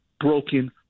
broken